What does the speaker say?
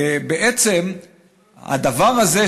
הדבר הזה,